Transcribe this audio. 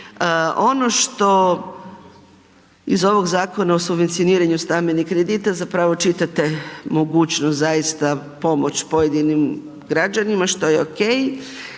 Ono što iz ovog Zakona o subvencioniranju stambenih kredita zapravo čitate mogućnost zaista pomoć pojedinim građanima, što je okej,